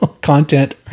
content